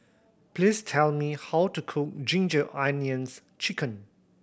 please tell me how to cook Ginger Onions Chicken